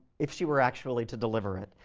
if she were actually to deliver it.